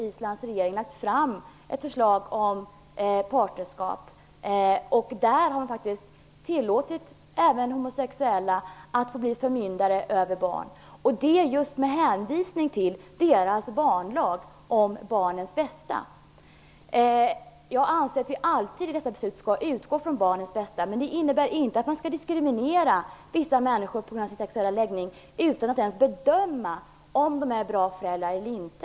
Islands regering har lagt fram ett förslag om partnerskap i vilket man har tillåtit även homosexuella att bli förmyndare över barn, och i förslaget hänvisar man just till barnlagen och till barnens bästa. Jag anser att vi alltid när vi fattar beslut skall utgå från barnens bästa, men det innebär inte att vi skall diskriminera vissa människor på grund av deras sexuella läggning utan att ens bedöma om de är bra föräldrar eller inte.